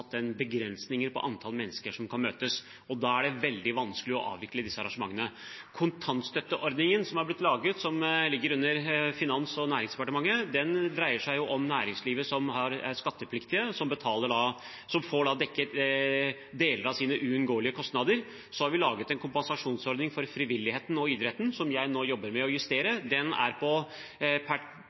en begrensning i antall mennesker som kan møtes. Da er det veldig vanskelig å avvikle disse arrangementene. Kontantstøtteordningen som er laget, og som ligger under Finansdepartementet og Næringsdepartementet, dreier seg om næringslivet som er skattepliktig, og som da får dekket deler av sine uunngåelige kostnader. Så har vi laget en kompensasjonsordning for frivilligheten og idretten, som jeg nå jobber med å justere. Den er per dags dato på